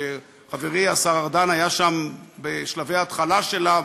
שחברי השר ארדן היה שם בשלבי ההתחלה שלה,